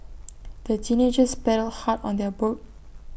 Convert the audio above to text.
the teenagers paddled hard on their boat